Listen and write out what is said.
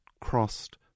crossed